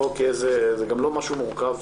זה לא משהו מורכב